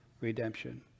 redemption